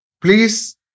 Please